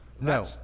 no